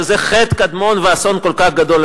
שזה חטא קדמון ואסון כל כך גדול,